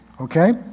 Okay